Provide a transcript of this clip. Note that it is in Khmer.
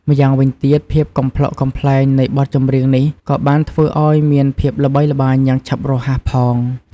ម្យ៉ាងវិញទៀត ភាពកំប្លុកកំប្លែងនៃបទចំរៀងនេះក៏បានធ្វើឱ្យមានភាពល្បីល្បាញយ៉ាងឆាប់រហ័សផង។